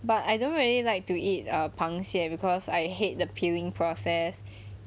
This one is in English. but I don't really like to eat err 螃蟹 because I hate the peeling process